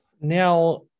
Now